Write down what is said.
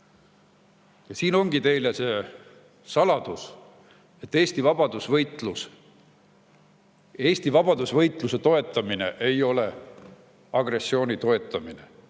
siin ongi teile see saladus, et Eesti vabadusvõitluse toetamine ei ole agressiooni toetamine.